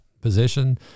position